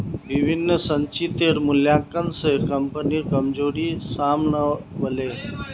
विभिन्न संचितेर मूल्यांकन स कम्पनीर कमजोरी साम न व ले